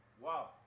Wow